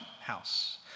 house